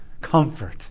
Comfort